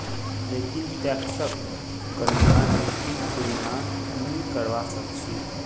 लेकिन टैक्सक गणनार निश्चित तुलना नी करवा सक छी